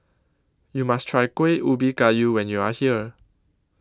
YOU must Try Kuih Ubi Kayu when YOU Are here